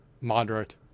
moderate